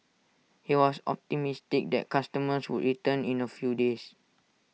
he was optimistic their customers would return in A few days